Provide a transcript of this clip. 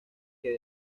que